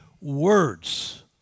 words